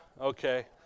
okay